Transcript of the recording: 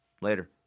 Later